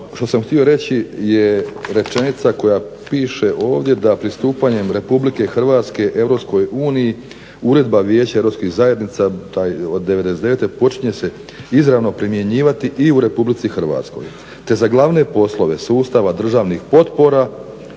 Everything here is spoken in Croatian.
što sam htio reći je rečenica koja piše ovdje da pristupanjem RH EU Uredba Vijeća europskih zajednica od '99. počinje se izravno primjenjivati i u Republici Hrvatskoj, te za glavne poslove sustava državnih potpora